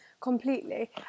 Completely